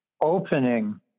opening